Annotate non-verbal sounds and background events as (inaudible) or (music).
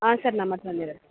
ಹಾಂ ಸರ್ ನಮ್ಮ ಹತ್ರ (unintelligible)